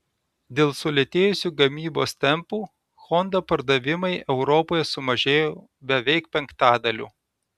dėl sulėtėjusių gamybos tempų honda pardavimai europoje sumažėjo beveik penktadaliu